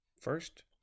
first